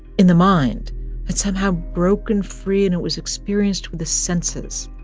in the mind had somehow broken free, and it was experienced with the senses,